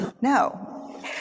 No